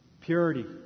purity